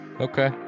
Okay